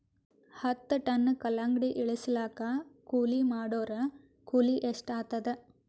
ಹತ್ತ ಟನ್ ಕಲ್ಲಂಗಡಿ ಇಳಿಸಲಾಕ ಕೂಲಿ ಮಾಡೊರ ಕೂಲಿ ಎಷ್ಟಾತಾದ?